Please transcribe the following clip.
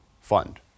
fund